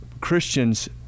Christians